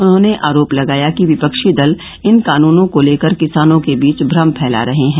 उन्होंने आरोप लगाया कि विपक्षी दल इन कानूनों को लेकर किसानों के बीच भ्रम फैला रहे हैं